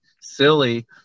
silly